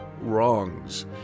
Wrongs